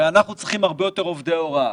הרי אנחנו צריכים הרבה יותר עובדי הוראה.